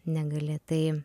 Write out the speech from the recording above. negali tai